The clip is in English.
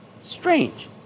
Strange